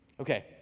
Okay